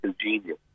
genius